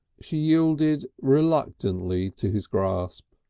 she yielded reluctantly to his grasp.